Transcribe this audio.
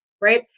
right